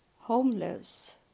homeless